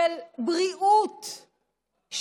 של בריאות,